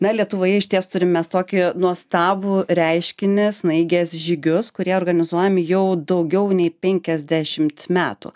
na lietuvoje išties turim mes tokį nuostabų reiškinį snaigės žygius kurie organizuojami jau daugiau nei penkiasdešimt metų